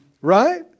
Right